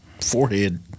forehead